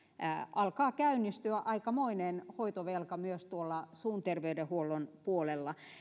alkaa käynnistyä aikamoinen hoitovelka myös tuolla suun terveydenhuollon puolella